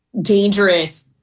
dangerous